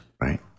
Right